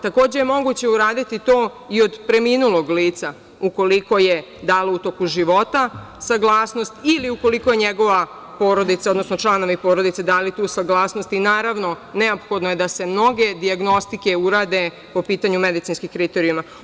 Takođe, moguće je uraditi to i od preminulog lica ukoliko je dalo u toku života saglasnost ili ukoliko je njegova porodica, odnosno su članovi porodice dali tu saglasnost i naravno neophodno je da se mnoge dijagnostike urade po pitanju medicinskih kriterijuma.